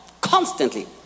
Constantly